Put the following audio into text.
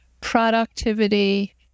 productivity